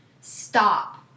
stop